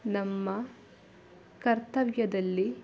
ನಮ್ಮ ಕರ್ತವ್ಯದಲ್ಲಿ